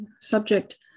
Subject